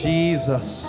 Jesus